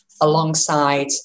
alongside